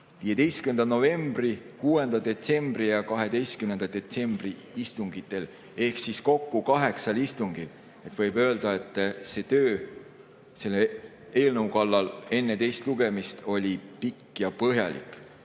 15. novembri, 6. detsembri ja 12. detsembri istungitel ehk kokku kaheksal istungil. Võib öelda, et töö selle eelnõu kallal enne teist lugemist oli pikk ja põhjalik.